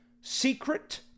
secret